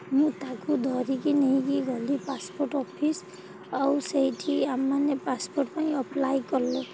ମୁଁ ତାକୁ ଧରିକି ନେଇକି ଗଲି ପାସ୍ପୋର୍ଟ୍ ଅଫିସ୍ ଆଉ ସେଇଠି ଆମେମାନେ ପାସ୍ପୋର୍ଟ୍ ପାଇଁ ଆପ୍ଲାଏ କଲେ